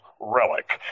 relic